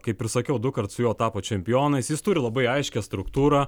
kaip ir sakiau dukart su juo tapo čempionais jis turi labai aiškią struktūrą